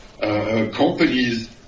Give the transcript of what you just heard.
companies